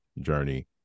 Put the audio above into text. journey